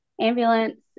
ambulance